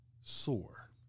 sore